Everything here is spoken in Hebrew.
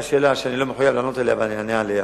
שאני לא מחויב לענות עליה אבל אני אענה עליה: